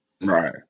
Right